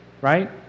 right